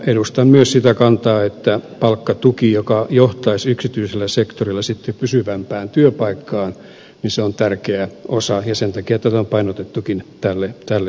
edustan myös sitä kantaa että palkkatuki joka johtaisi yksityisellä sektorilla sitten pysyvämpään työpaikkaan on tärkeä osa ja sen takia tätä on painotettukin tälle sektorille